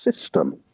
system